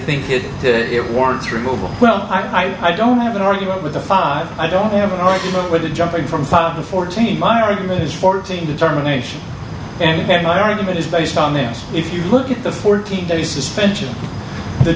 think it warrants removal well i don't have an argument with the five i don't have an argument with it jumping from five to fourteen my argument is fourteen determination and my argument is based on this if you look at the fourteen day suspension the